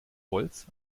holz